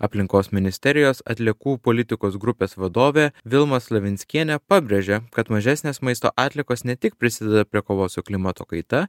aplinkos ministerijos atliekų politikos grupės vadovė vilma slavinskienė pabrėžė kad mažesnės maisto atliekos ne tik prisideda prie kovos su klimato kaita